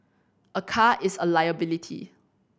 a car is a liability